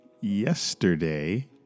Yesterday